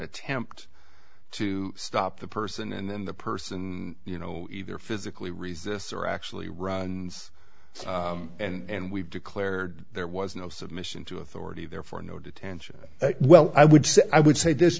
attempt to stop the person and then the person you know either physically resists or actually runs and we've declared there was no submission to authority therefore no detention well i would say i would say this